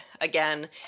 again